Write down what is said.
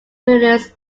learners